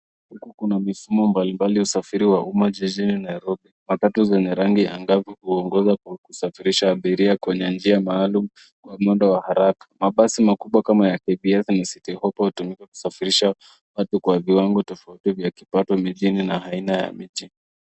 Huku kuna mifumo mbalimbali ya usafiri wa umma jijini Nairobi. Matatu zenye rangi angavu huongoza kwa kusafirisha abiria kwenye njia maalum kwa muda wa haraka. Mabasi makubwa kama ya KBS na Citi hoppa hutumika kusafirisha watu kwa viwango tofauti vya kipato mijini na aina ya miti.